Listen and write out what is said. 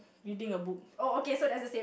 reading a book